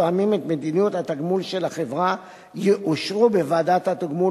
שתואמים את מדיניות התגמול של החברה יאושרו בוועדת התגמול